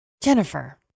Jennifer